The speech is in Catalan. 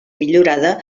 millorada